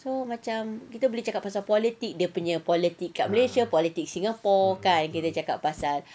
so macam kita boleh cakap pasal politics dia punya politics kat malaysia politics singapore kan kita cakap pasal